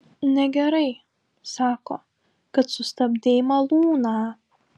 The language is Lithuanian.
negerai sako kad sustabdei malūną